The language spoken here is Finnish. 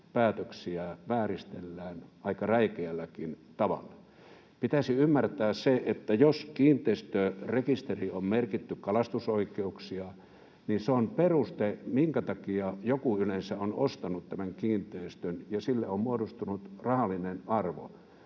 päätöksiä vääristellään aika räikeälläkin tavalla. Pitäisi ymmärtää se, että jos kiinteistörekisteriin on merkitty kalastusoikeuksia, niin se on peruste, minkä takia joku yleensä on ostanut tämän kiinteistön ja sille on muodostunut rahallinen arvo.